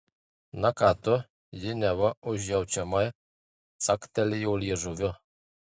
na ką tu ji neva užjaučiamai caktelėjo liežuviu